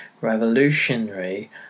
revolutionary